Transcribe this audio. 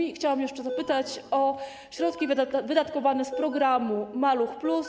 I chciałam jeszcze zapytać o środki wydatkowane z programu „Maluch+”